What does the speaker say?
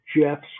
Jeff's